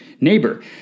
neighbor